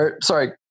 sorry